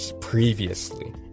previously